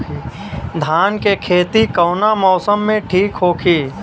धान के खेती कौना मौसम में ठीक होकी?